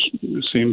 seems